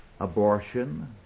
abortion